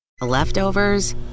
Leftovers